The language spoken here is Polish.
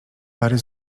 pary